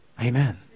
Amen